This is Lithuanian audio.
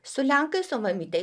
su lenkais o mamytė